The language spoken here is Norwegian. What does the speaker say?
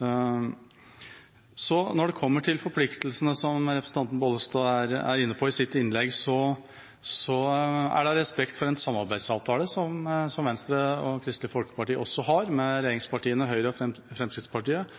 Når det kommer til forpliktelsene – som representanten Bollestad var inne på i sitt innlegg – handler det om respekt for en samarbeidsavtale som Venstre og Kristelig Folkeparti har med